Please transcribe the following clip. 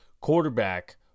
Quarterback